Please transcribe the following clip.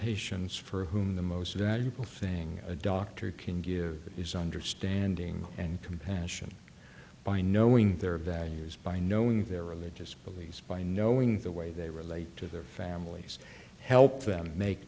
patients for whom the most valuable thing a doctor can give them is understanding and compassion by knowing their values by knowing their religious beliefs by knowing the way they relate to their families help them make